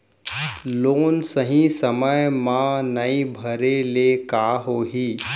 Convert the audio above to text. Loan सही समय मा नई भरे ले का होही?